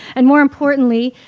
and more importantly,